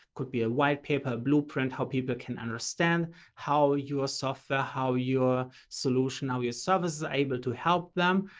could be a white paper blueprint, how people can understand how your software, how your solution, how your service is able to help them.